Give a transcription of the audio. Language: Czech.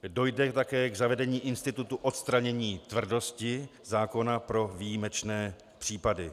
Dojde také k zavedení institutu odstranění tvrdosti zákona pro výjimečné případy.